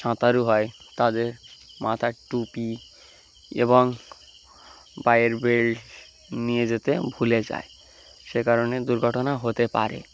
সাঁতারু হয় তাদের মাথার টুপি এবং পায়ের বেল্ট নিয়ে যেতে ভুলে যায় সে কারণে দুর্ঘটনা হতে পারে